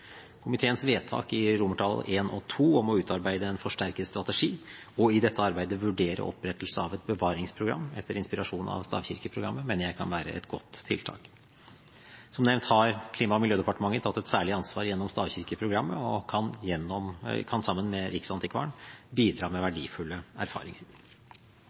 Komiteens forslag til vedtak i I og II, om å utarbeide en forsterket strategi og i dette arbeidet vurdere opprettelse av et bevaringsprogram etter inspirasjon av stavkirkeprogrammet, mener jeg kan være et godt tiltak. Som nevnt har Klima- og miljødepartementet tatt et særlig ansvar gjennom stavkirkeprogrammet og kan sammen med Riksantikvaren bidra med verdifulle erfaringer.